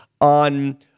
on